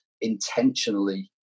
intentionally